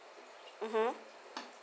mmhmm